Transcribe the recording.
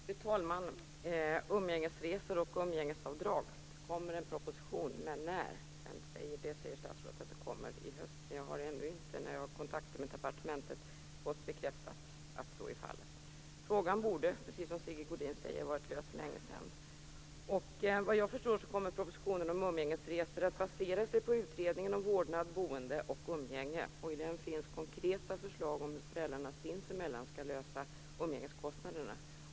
Fru talman! Det kommer en proposition om underhållsstöd och umgängesresor - men när? Statsrådet säger att det kommer en proposition i höst, men jag har vid kontakter med departementet ännu inte fått bekräftat att så är fallet. Frågan borde, som Sigge Godin säger, ha varit löst för länge sedan. Såvitt jag förstår kommer propositionen om umgängesresor att basera sig på utredningen om vårdnad, boende och umgänge. I den finns konkreta förslag om hur föräldrarna sinsemellan skall lösa problemet med umgängeskostnaderna.